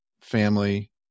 family